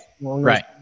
Right